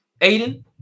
Aiden